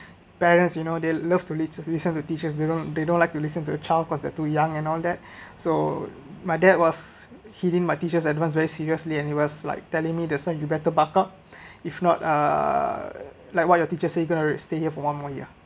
parents you know they love to lis~ listen to teachers they don't they don't like to listen to the child because they're too young and all that so my dad was hitting my teacher‘s advice very seriously and he was like telling me jason you better backup if not err like what your teacher say going to stay here for one more year